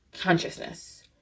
consciousness